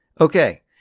Okay